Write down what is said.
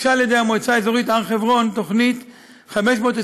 הוגשה על-ידי המועצה האזורית הר חברון תוכנית 521/1,